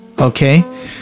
okay